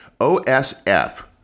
OSF